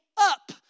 up